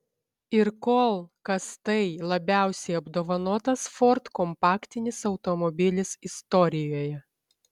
ir kol kas tai labiausiai apdovanotas ford kompaktinis automobilis istorijoje